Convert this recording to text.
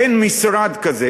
אין משרד כזה.